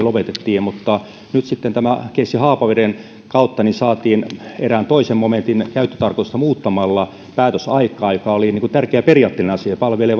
lopetettiin mutta nyt sitten tämän haapaveden keissin kautta saatiin erään toisen momentin käyttötarkoitusta muuttamalla päätös aikaan ja se oli tärkeä periaatteellinen asia se palvelee